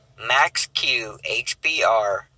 maxqhbr